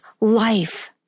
life